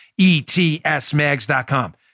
ETSMAGS.com